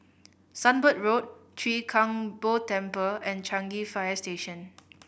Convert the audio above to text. Sunbird Road Chwee Kang Beo Temple and Changi Fire Station